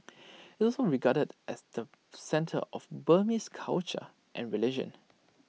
IT also regarded as the centre of Burmese culture and religion